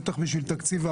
בטח בשביל תקציב.